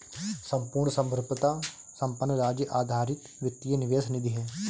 संपूर्ण संप्रभुता संपन्न राज्य आधारित वित्तीय निवेश निधि है